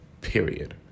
period